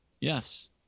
Yes